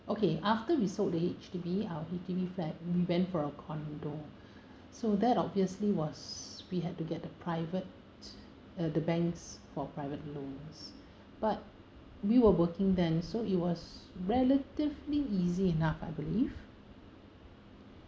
okay after we sold the H_D_B our H_D_B flat we went for a condo so that obviously was we had to get the private uh the banks for private loans but we were working then so it was relatively easy enough I believe